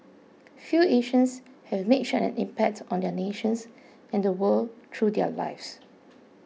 few Asians have made such an impact on their nations and the world through their lives